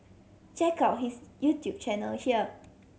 check out his YouTube channel here